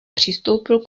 přistoupil